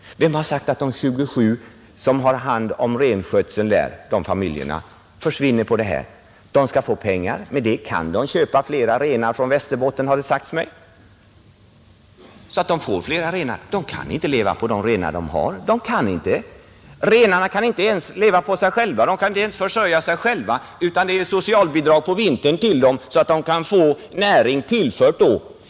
Men vem har sagt att dessa 27 samer och deras familjer, som har hand om renskötseln där uppe, skall försvinna? De skall ju få pengar, och för dem kan de köpa flera renar från Västerbotten, har det sagts mig. De kan inte leva på de renar de har nu. Renarna kan inte ens försörja sig själva, utan under vintern måste samerna få socialbidrag för att kunna ge sina renar den näring de då behöver.